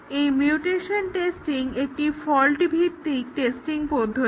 এই mutation testing একটি fault ভিত্তিক টেস্টিং পদ্ধতি